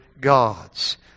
gods